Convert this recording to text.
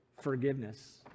forgiveness